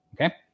Okay